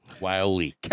wiley